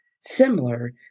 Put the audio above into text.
similar